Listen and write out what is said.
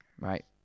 right